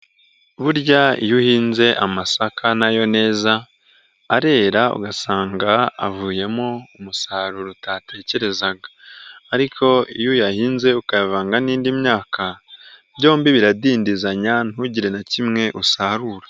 Burya iyo uhinze amasaka nayo neza, arera ugasanga avuyemo umusaruro utatekerezaga. Ariko iyo uyahinze ukayavanga n'indi myaka, byombi biradindizanya ntugire na kimwe usarura.